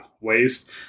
waste